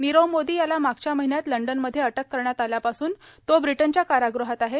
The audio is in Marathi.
नीरव मोदी याला मागच्या र्माहन्यात लंडनमध्ये अटक करण्यात आल्यापासून तो ब्रिटनच्या कारागृहात आहे